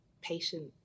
patient